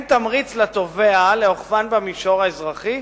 אין תמריץ לתובע לאוכפן במישור האזרחי,